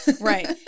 Right